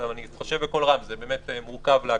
אני חושב בקול רם, זה באמת מורכב להגדרה.